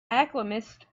alchemist